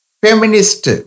feminist